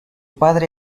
padre